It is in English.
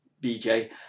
BJ